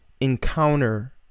encounter